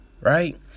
right